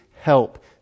help